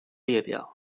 列表